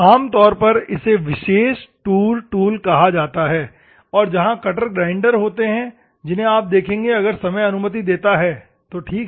आम तौर पर इसे विशेष टूर टूल कहा जाता है और जहा कटर ग्राइंडर होते हैं जिन्हे आप देखेंगे अगर समय अनुमति देता है तो ठीक है